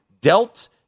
dealt